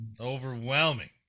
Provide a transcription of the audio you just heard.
overwhelming